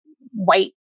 white